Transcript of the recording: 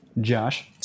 Josh